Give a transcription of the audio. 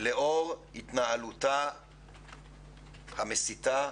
לאור התנהלותה המסיתה